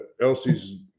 Elsie's